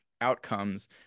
outcomes